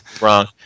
Wrong